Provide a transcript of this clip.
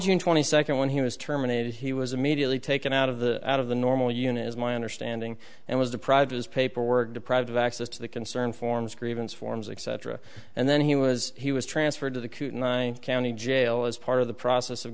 june twenty second when he was terminated he was immediately taken out of the out of the normal unit is my understanding and was deprived his paperwork deprived of access to the concern forms grievance forms etc and then he was he was transferred to the kootenai county jail as part of the process of